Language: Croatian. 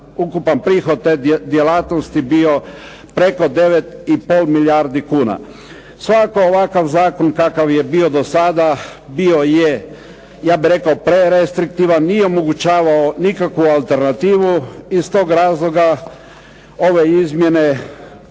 prihod te djelatnosti bio preko 9,5 milijardi kuna. Svakako ovakav zakon kakav je bio do sada, bio je ja bih rekao prerestriktivan, nije omogućavao nikakvu alternativu. I iz toga razloga ova izmjene,